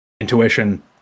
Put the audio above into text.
intuition